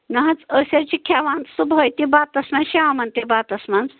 نہٕ حظ أسۍ حظ چھِ کھٮ۪وان صُبحٲے تہِ بَتَس منٛز شامَن تہِ بَتَس منٛز